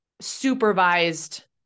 supervised